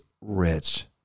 rich